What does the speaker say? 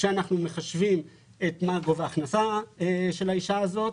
כשאנחנו מחשבים את גובה ההכנסה של האישה הזאת.